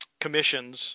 commissions